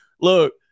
Look